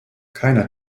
keiner